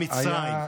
מול מצרים,